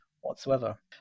whatsoever